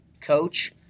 coach